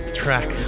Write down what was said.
track